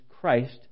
Christ